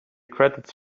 credits